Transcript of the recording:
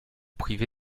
privé